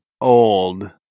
old